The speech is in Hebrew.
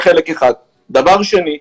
דבר שני.